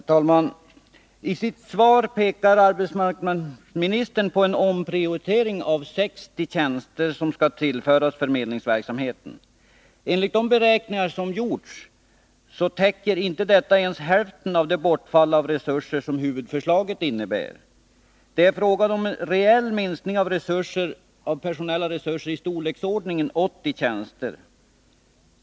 Herr talman! I sitt svar pekar arbetsmarknadsministern på en omprioritering av 60 tjänster, som skall tillföras förmedlingsverksamheten. Enligt de beräkningar som gjorts täcker detta inte ens hälften av det bortfall av resurser som huvudförslaget innebär. Det är fråga om en reell minskning av personella resurser i storleksordningen 80 tjänster.